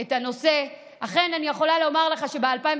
את הנושא, אכן אני יכולה לומר לך שב-2018,